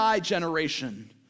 generation